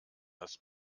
das